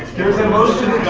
there's a motion